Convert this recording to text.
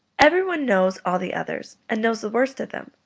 every one knows all the others, and knows the worst of them.